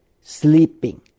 sleeping